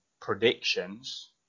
predictions